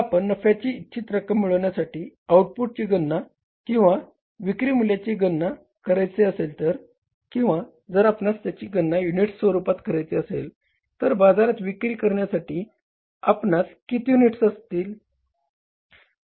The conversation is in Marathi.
आपण आता नफ्याची इच्छित रक्कम मिळविण्यासाठी आउटपुटची गणना किंवा विक्री मूल्याची गणना करायची असेल तर किंवा जर आपणास त्याची गणना युनिट्सच्या स्वरूपात करायची असेल तर बाजारात विक्री करण्यासाठी आपणास किती युनिट्स लागतील